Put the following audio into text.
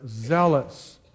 zealous